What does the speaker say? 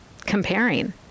comparing